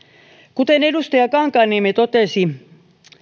kuten edustaja kankaanniemi totesi